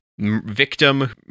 Victim